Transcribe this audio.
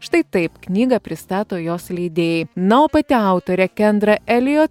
štai taip knygą pristato jos leidėjai na o pati autorė kendra elijot